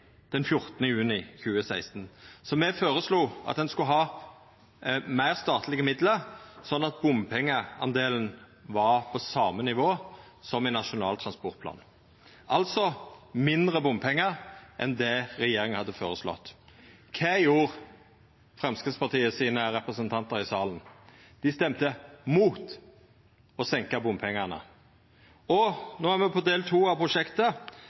14. juni 2016, så me føreslo at ein skulle ha meir statlege midlar, slik at bompengedelen var på same nivå som i Nasjonal transportplan, altså mindre bompengar enn det regjeringa hadde føreslått. Kva gjorde Framstegspartiet sine representantar i salen? Dei stemte mot å senka bompengane. No er me på del to av prosjektet.